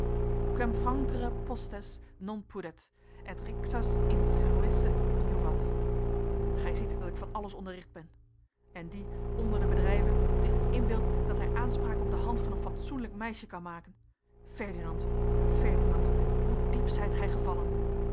quem frangere postes non pudet et rixas inseruisse iuvat gij ziet dat ik van alles onderricht ben en die onder de bedrijven zich nog inbeeldt dat hij aanspraak op de hand van een fatsoenlijk meisje kan maken ferdinand ferdinand hoe diep zijt gij gevallen